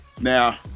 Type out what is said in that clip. Now